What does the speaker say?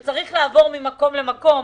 שרופאים צריכים לעבור ממקום למקום.